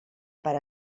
per